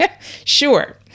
Sure